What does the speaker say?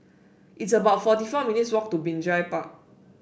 it's about forty four minutes' walk to Binjai Park